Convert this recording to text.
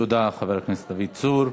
תודה, חבר הכנסת דוד צור.